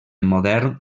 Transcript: modern